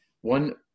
one